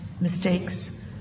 mistakes